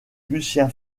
lucien